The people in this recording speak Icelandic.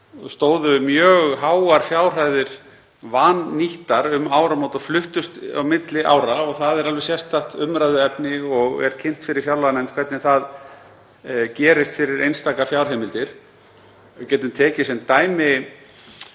stóðu mjög háar fjárhæðir vannýttar um áramót og fluttust á milli ára. Það er alveg sérstakt umræðuefni og er kynnt fyrir fjárlaganefnd hvernig það gerist fyrir einstaka fjárheimildir. Við getum tekið sem dæmi